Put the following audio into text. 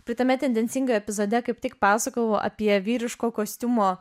praeitame tendencingai epizode kaip tik pasakojau apie vyriško kostiumo